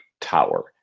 Tower